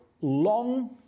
long